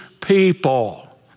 people